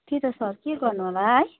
त्यही त सर के गर्नु होला है